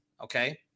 Okay